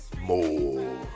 more